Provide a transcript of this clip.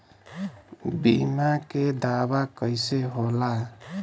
बीमा के दावा कईसे होला?